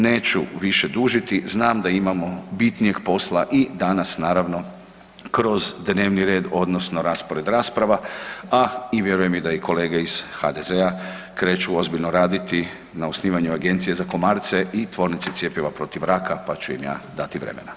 Neću više dužiti, znam da imamo bitnijeg posla i danas naravno kroz dnevni red odnosno raspored rasprava, a i vjerujem i da kolege iz HDZ-a kreću ozbiljno raditi na osnivanju Agencije za komarce i Tvornice cjepiva protiv raka, pa ću im ja dati vremena.